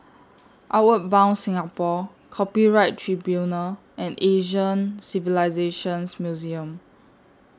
Outward Bound Singapore Copyright Tribunal and Asian Civilisations Museum